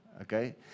Okay